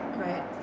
right